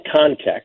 context